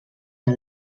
del